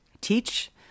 teach